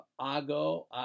ago